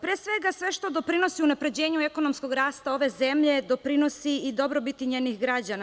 Pre svega, sve što doprinosi unapređenju ekonomskog rasta ove zemlje doprinosi i dobrobiti njenih građana.